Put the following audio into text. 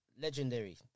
Legendary